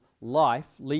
life